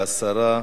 והשרה,